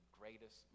greatest